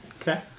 Okay